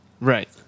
Right